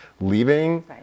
leaving